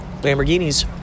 Lamborghinis